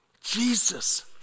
Jesus